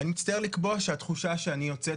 ואני מצטער לקבוע שהתחושה שאני יוצא,